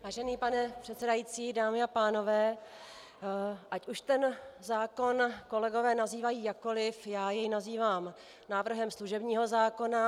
Vážený pane předsedající, dámy a pánové, ať už ten zákon kolegové nazývají jakkoli, já jej nazývám návrhem služebního zákona.